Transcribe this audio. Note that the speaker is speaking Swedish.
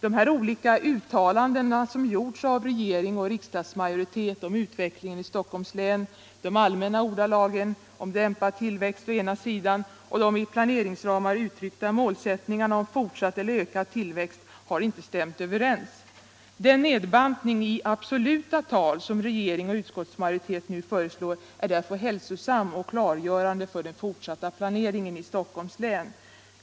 De olika uttalanden som gjorts av regering och riksdagsmajoritet om utvecklingen i Stockholms län, de allmänna ordalagen om dämpad tillväxt och de i planeringsramar uttryckta målsättningarna om fortsatt eller ökad tillväxt har inte stämt överens. Den nedbantning i absoluta tal som regering och utskottsmajoritet nu föreslår är därför hälsosam och klargörande för den fortsatta planeringen i Stockholms län.